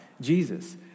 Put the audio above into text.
Jesus